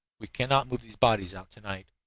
we cannot move the bodies out to-night.